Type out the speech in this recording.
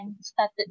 started